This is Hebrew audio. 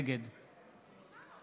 נגד